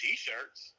T-shirts